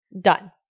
Done